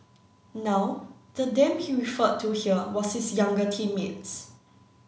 now the them he referred to here was his younger teammates